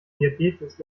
diabetes